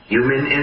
Human